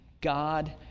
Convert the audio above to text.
God